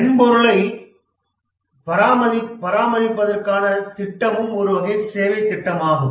மென்பொருளைப் பராமரிப்பதற்கான திட்டமும் ஒரு வகை சேவைத் திட்டமாகும்